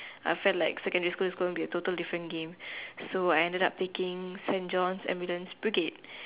I felt like secondary school is going to be a total different game so I ended up joining Saint-John's-ambulance-brigade